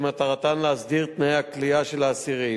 שמטרתן להסדיר את תנאי הכליאה של האסירים.